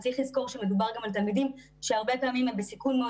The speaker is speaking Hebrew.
צריך לזכור שמדובר גם על תלמידים שהרבה פעמים הם בסיכון מאוד